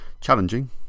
challenging